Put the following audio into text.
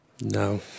No